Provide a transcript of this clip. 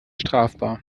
strafbar